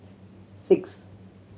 six